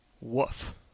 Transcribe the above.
Woof